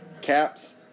caps